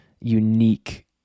unique